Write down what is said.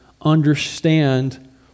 understand